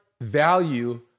value